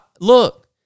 Look